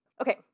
Okay